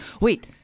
Wait